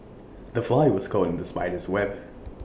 the fly was caught in the spider's web